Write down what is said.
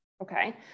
Okay